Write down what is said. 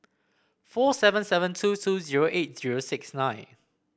four seven seven two two zero eight zero six nine